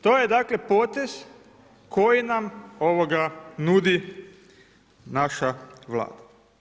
To je dakle potez koji nam nudi naša Vlada.